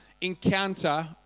encounter